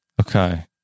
Okay